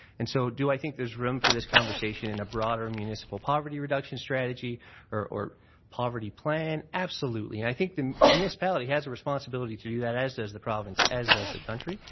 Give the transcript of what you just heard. and so do i think there's room for this conversation in a broader municipal poverty reduction strategy or or poverty plan? absolutely. i think the municipality has a responsibility to do that as does the province as does the country.